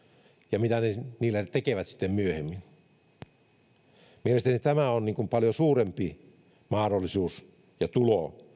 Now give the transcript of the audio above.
ja siitä mitä he sillä tekevät sitten myöhemmin mielestäni tämä on paljon suurempi mahdollisuus ja tulo